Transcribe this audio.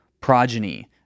progeny